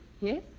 Yes